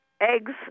Eggs